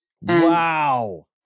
wow